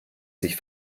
sich